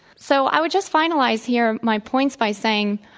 so, i would just finalize here, my points, by saying,